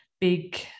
big